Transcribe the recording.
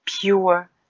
pure